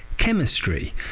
chemistry